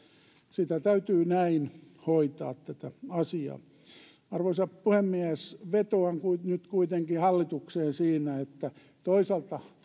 sitä täytyy näin hoitaa arvoisa puhemies vetoan nyt kuitenkin hallitukseen siinä että toisaalta